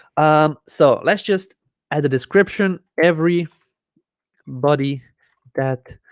um so let's just add a description every body that